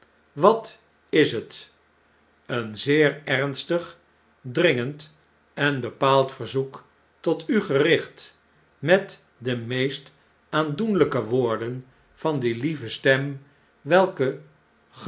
wat is het een zeer ernstig dringend en bepaald verzoek tot u gericht met de meest aandoenlijke woorden van die lieve stem welke